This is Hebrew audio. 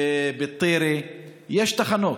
בטירה, יש תחנות,